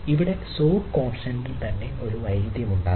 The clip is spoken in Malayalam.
ഇവിടെ സോഡ് കോൺസ്റ്റന്റിൽ തന്നെ ഒരു വൈരുദ്ധ്യമുണ്ടാകാം